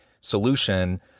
solution